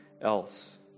else